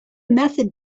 method